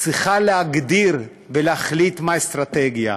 צריכה להגדיר ולהחליט מה האסטרטגיה,